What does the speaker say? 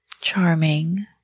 Charming